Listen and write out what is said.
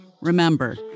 Remember